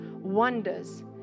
wonders